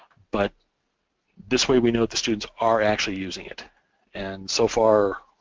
but this way, we know the students are actually using it and so far,